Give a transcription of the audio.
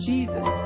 Jesus